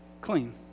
clean